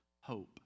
hope